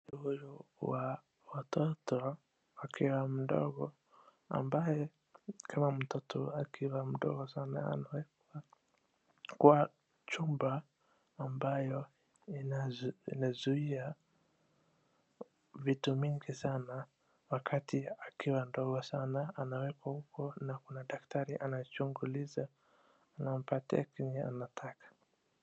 Huyu wa watoto akiwa mdogo ambaye kama mtoto akiwa mdogo sana anawekwa kwa chumba ambayo inazuia vitu mingi sana wakati akiwa mdogo sana anawekwa huko na kuna daktari anachunguliza anampatia kenye anataka.